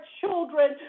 children